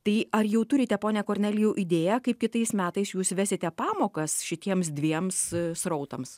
tai ar jau turite ponia kornelijau idėją kaip kitais metais jūs vesite pamokas šitiems dviems srautams